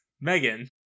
Megan